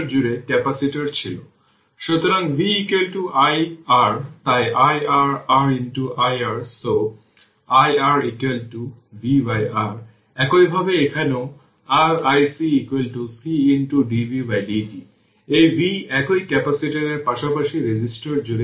সুতরাং ক্যাপাসিটরে stored initial energy অবশেষে রেজিস্টর এর মধ্যে ডিসিপেট হয়ে পড়ে